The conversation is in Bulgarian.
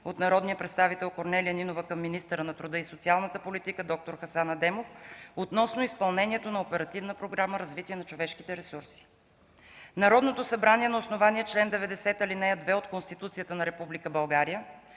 от народния представител Корнелия Нинова към министъра на труда и социалната политика доктор Хасан Адемов относно изпълнението на Оперативна програма „Развитие на човешките ресурси”. Народното събрание на основание чл. 90, ал. 2 от Конституцията на Република България